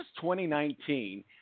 2019